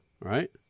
Right